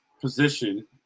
position